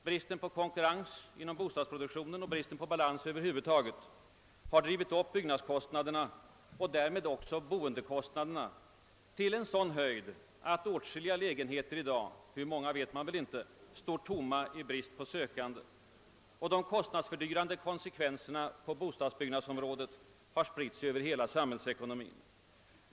Bristen på konkurrens inom bostadsproduktionen och bristen på balans över huvud taget har drivit upp byggnadskostnaderna och därmed också boendekostnaderna till en sådan höjd att åtskilliga lägenheter i dag — hur många vet man väl inte står tomma i brist på sökande. De kostnadsfördyrande konsekvenserna på bostadsbyggnadsområdet har spritt sig över hela samhällsekonomin.